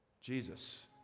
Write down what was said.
Jesus